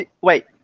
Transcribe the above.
Wait